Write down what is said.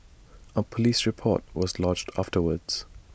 A Police report was lodged afterwards